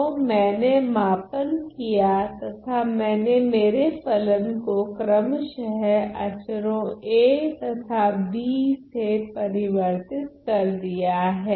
तो मैंने मापन किया तथा मैंने मेरे फलन को क्रमशः अचरो a तथा b से परिवर्तित कर दिया हैं